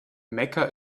mecca